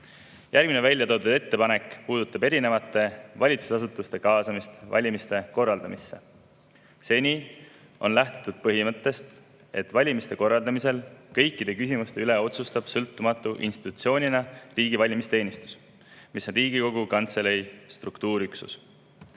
Järgmine väljatoodud ettepanek puudutab erinevate valitsusasutuste kaasamist valimiste korraldamisse. Seni on lähtutud põhimõttest, et valimiste korraldamisel otsustab kõikide küsimuste üle sõltumatu institutsioonina riigi valimisteenistus, mis on Riigikogu Kantselei struktuuriüksus.